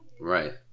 Right